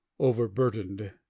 overburdened